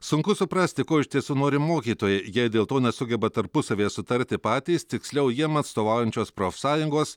sunku suprasti ko iš tiesų nori mokytojai jei dėl to nesugeba tarpusavyje sutarti patys tiksliau jiem atstovaujančios profsąjungos